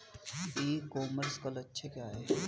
ई commerce का लक्ष्य क्या है?